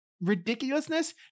ridiculousness